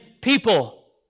people